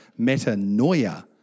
metanoia